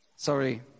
Sorry